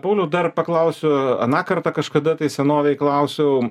pauliau dar paklausiu aną kartą kažkada tai senovėj klausiau